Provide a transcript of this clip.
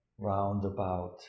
roundabout